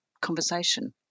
conversation